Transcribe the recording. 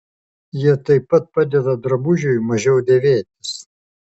jie taip pat padeda drabužiui mažiau dėvėtis